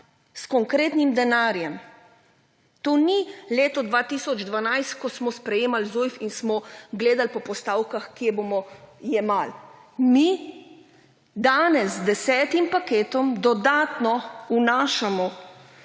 s konkretnim denarjem. To ni leto 2012, ko smo sprejemali ZUJF in smo gledali po postavkah kje bomo jemali. Mi danes z desetim paketom dodano vnašamo